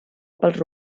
pels